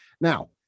Now